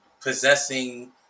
possessing